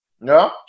No